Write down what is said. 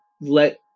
let